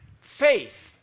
faith